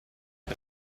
him